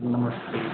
नमस्ते